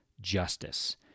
justice